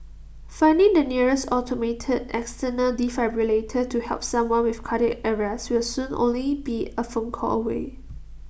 finding the nearest automated external defibrillator to help someone with cardiac arrest will soon only be A phone call away